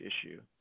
issue